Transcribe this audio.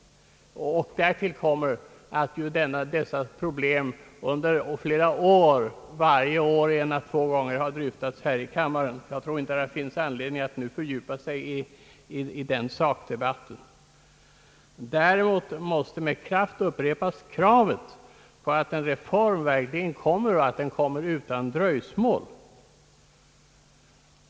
Därtill kommer att dessa problem under flera år en eller ett par gånger årligen dryftats här i kammaren. Jag tror därför inte det finns anledning att nu fördjupa sig i sakdebatten. Däremot måste med kraft kravet upprepas på att en reform verkligen kommer och att den kommer utan dröjsmål.